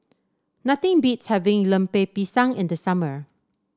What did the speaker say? nothing beats having Lemper Pisang in the summer